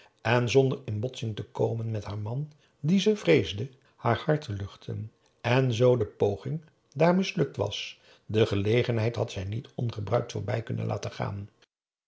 en zonder in botsing te komen met haar man dien ze vreesde haar hart te luchten en zoo de poging daartoe mislukt was de gelegenheid had zij niet ongebruikt voorbij kunnen laten gaan